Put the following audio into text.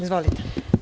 Izvolite.